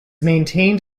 maintained